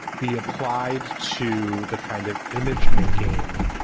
be applied to the kind of image making,